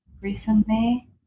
Recently